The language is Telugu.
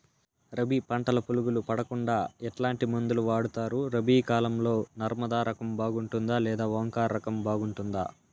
రబి పంటల పులుగులు పడకుండా ఎట్లాంటి మందులు వాడుతారు? రబీ కాలం లో నర్మదా రకం బాగుంటుందా లేదా ఓంకార్ రకం బాగుంటుందా?